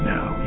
Now